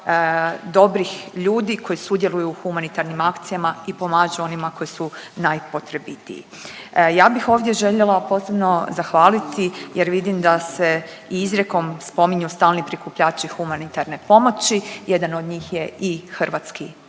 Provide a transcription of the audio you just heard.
dobrih ljudi koji sudjeluju u humanitarnim akcijama i pomažu onima koji su najpotrebitiji. Ja bih ovdje željela posebno zahvaliti jer vidim da se i izrijekom spominju stalni prikupljači humanitarne pomoći. Jedan od njih je i Hrvatski